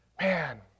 man